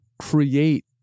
create